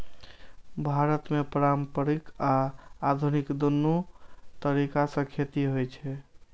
भारत मे पारंपरिक आ आधुनिक, दुनू तरीका सं खेती होइ छै